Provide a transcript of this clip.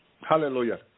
Hallelujah